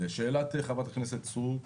לשאלת חברת הכנסת סטרוק,